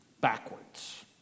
backwards